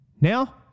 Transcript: Now